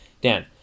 Dan